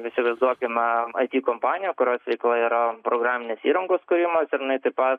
įsivaizduokime it kompaniją kurios veikloje yra programinės įrangos kūrimas ir jinai taip pat